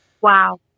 wow